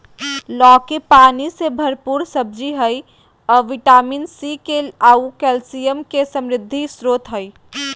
लौकी पानी से भरपूर सब्जी हइ अ विटामिन सी, के आऊ कैल्शियम के समृद्ध स्रोत हइ